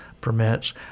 permits